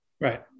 Right